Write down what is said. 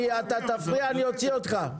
אם אתה תפריע אני אוציא אותך.